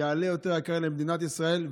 זה יעלה יותר יקר למדינת ישראל,